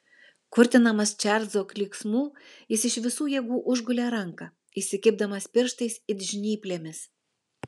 kurtinamas čarlzo klyksmų jis iš visų jėgų užgulė ranką įsikibdamas pirštais it žnyplėmis